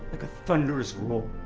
like a thunderous roar.